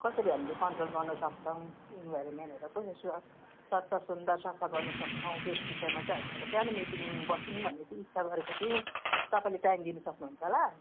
कसरी हामीले कन्ट्रोल गर्न सक्छौँ इनभाइरोमेन्टहरू कसले स्वच्छ सुन्दर सफा गर्नु सक्छौँ त्यस विषयमा चाहिँ हामी एउटा सानो मिटिङ बसौँ भन्ने चाहिँ इच्छा गरेको थियौँ तपाईँले टाइम दिनु सक्नुहुन्छ होला